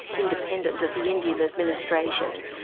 independent of the indian administration,